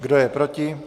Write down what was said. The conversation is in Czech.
Kdo je proti?